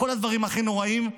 כל הדברים הכי נוראים,